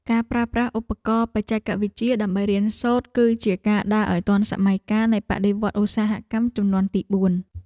ការប្រើប្រាស់ឧបករណ៍បច្ចេកវិទ្យាដើម្បីរៀនសូត្រ គឺជាការដើរឱ្យទាន់សម័យកាលនៃបដិវត្តន៍ឧស្សាហកម្មជំនាន់ទីបួន។